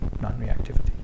non-reactivity